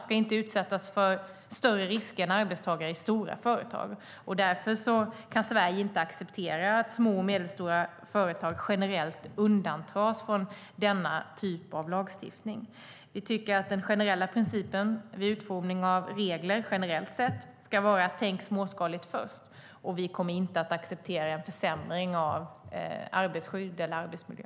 De ska inte utsättas för större risker än arbetstagare i stora företag. Därför kan Sverige inte acceptera att små och medelstora företag generellt undantas från denna typ av lagstiftning. Vi tycker att den generella principen vid utformning av regler ska vara: Tänk småskaligt först! Vi kommer inte att acceptera en försämring av arbetstagarskydd eller arbetsmiljö.